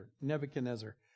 Nebuchadnezzar